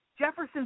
Jefferson